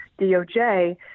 DOJ